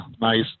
nice